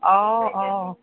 অ অ